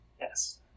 Yes